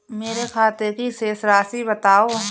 मेरे खाते की शेष राशि बताओ?